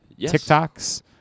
TikToks